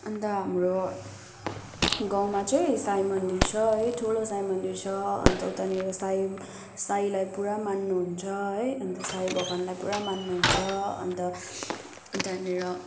अन्त हाम्रो गाउँमा चाहिँ साई मन्दिर छ है ठुलो साई मन्दिर छ अन्त उतानिर साई साईलाई पुरा मान्नुहुन्छ है अन्त साई भगवानलाई पुरा मान्नुहुन्छ अन्त उतानिर